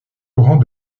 laurent